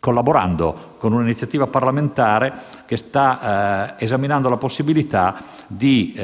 collaborando con una iniziativa parlamentare che sta esaminando la possibilità di